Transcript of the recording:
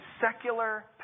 secular